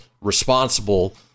responsible